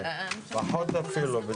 11:10.